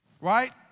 right